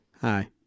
hi